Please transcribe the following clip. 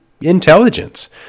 intelligence